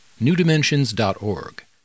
newdimensions.org